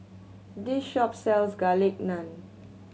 this shop sells Garlic Naan